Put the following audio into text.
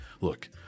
Look